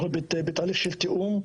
אנחנו בתהליך של תיאום.